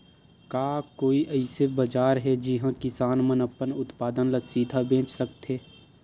का कोई अइसे बाजार हे जिहां किसान मन अपन उत्पादन ला सीधा बेच सकथे?